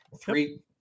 three